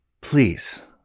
Please